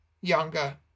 younger